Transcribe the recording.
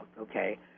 okay